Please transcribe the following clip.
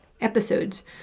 episodes